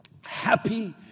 happy